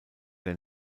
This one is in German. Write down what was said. der